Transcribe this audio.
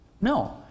No